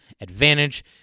advantage